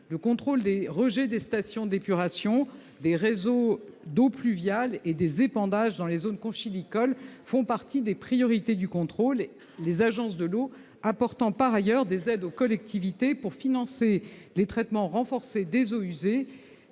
Le contrôle des rejets des stations d'épuration, des réseaux d'eaux pluviales et des épandages dans les zones conchylicoles font partie des priorités du contrôle, les agences de l'eau apportant par ailleurs des aides aux collectivités pour financer les traitements renforcés des eaux usées,